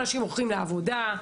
אנשים הולכים לעבודה,